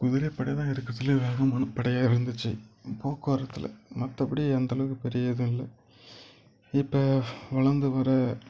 குதிரைப்படை தான் இருக்கிறதுலே வேகமான படையாக இருந்துச்சு போக்குவரத்தில் மற்றபடி அந்த அளவுக்கு பெரிய எதுவும் இல்லை இப்போ வளர்ந்து வர